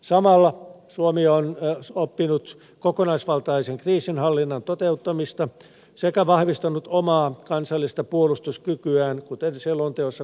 samalla suomi on oppinut kokonaisvaltaisen kriisinhallinnan toteuttamista sekä vahvistanut omaa kansallista puolustuskykyään kuten selonteossa kuvataan